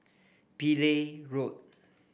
Pillai Road